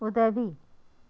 உதவி